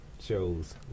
shows